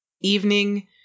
evening